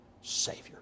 Savior